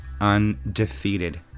undefeated